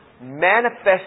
manifest